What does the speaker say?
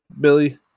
Billy